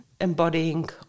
embodying